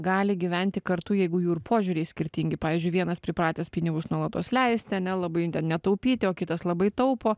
gali gyventi kartu jeigu jų ir požiūriai skirtingi pavyzdžiui vienas pripratęs pinigus nuolatos leisti ane labai netaupyti o kitas labai taupo